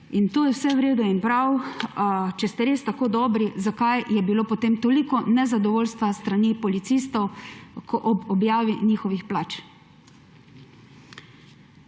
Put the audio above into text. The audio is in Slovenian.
To je vse v redu in prav. Če ste res tako dobri, zakaj je bilo potem toliko nezadovoljstva s strani policistov ob objavi njihovih plač.